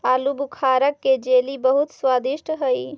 आलूबुखारा के जेली बहुत स्वादिष्ट हई